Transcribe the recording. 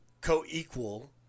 co-equal